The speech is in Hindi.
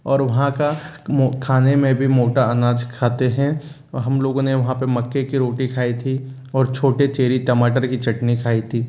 और वहाँ का खाने में भी मोटा अनाज खाते हैं हम लोगों ने वहाँ पर मक्के की रोटी खाई थी और छोटे चेरी टमाटर की चटनी खाई थी